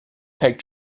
take